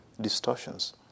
distortions